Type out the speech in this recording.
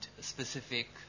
specific